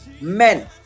men